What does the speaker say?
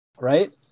Right